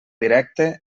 directe